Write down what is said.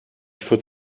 faut